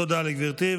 תודה לגברתי.